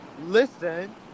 listen